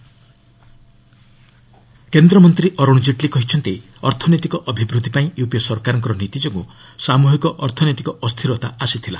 କେଟ୍ଲି economic growth କେନ୍ଦ୍ରମନ୍ତ୍ରୀ ଅରୁଣ ଜେଟ୍ଲୀ କହିଛନ୍ତି ଅର୍ଥନୈତିକ ଅଭିବୃଦ୍ଧି ପାଇଁ ୟୁପିଏ ସରକାରଙ୍କର ନୀତି ଯୋଗୁଁ ସାମୃହିକ ଅର୍ଥନୈତିକ ଅସ୍ଥିରତା ଆସିଥିଲା